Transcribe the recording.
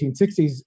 1860s